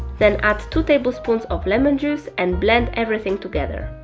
then add two tablespoons of lemon juice and blend everything together